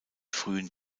frühen